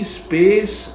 space